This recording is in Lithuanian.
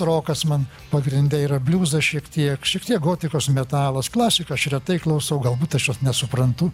rokas man pagrinde yra bliuzas šiek tiek šiek tiek gotikos metalas klasiką aš retai klausau galbūt aš jos nesuprantu